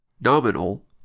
Nominal